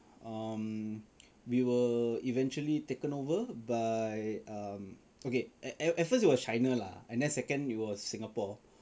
um we were eventually taken over by um okay eh at first it was China lah and then second it was Singapore